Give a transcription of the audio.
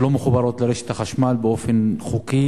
שלא מחוברות לרשת החשמל באופן חוקי.